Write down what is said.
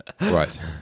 Right